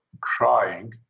crying